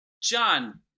John